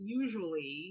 usually